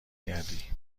کردی